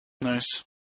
Nice